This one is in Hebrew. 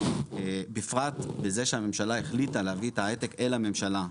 בפרט בזה שהממשלה החליטה להביא את היי-טק אל הממשלה,